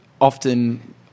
often